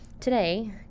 Today